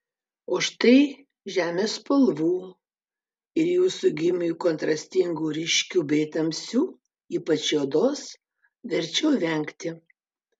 o štai žemės spalvų ir jūsų gymiui kontrastingų ryškių bei tamsių ypač juodos verčiau vengti